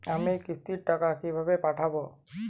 আমি কিস্তির টাকা কিভাবে পাঠাব?